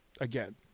again